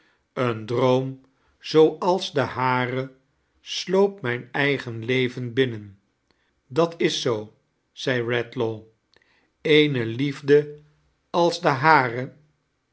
een droom zooals de hare sloop mijn eigen leven bininen dat is zoo zeide redlaw eene liefde als de hare